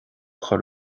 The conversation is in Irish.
chur